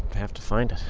have to find it.